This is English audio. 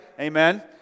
Amen